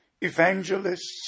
evangelists